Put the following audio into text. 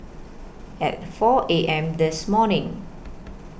At four A M This morning